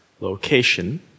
location